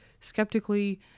skeptically